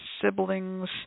siblings